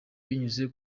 binyuze